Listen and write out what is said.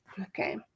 okay